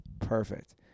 perfect